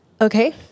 okay